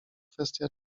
kwestia